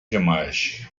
demais